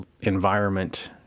environment